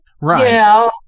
Right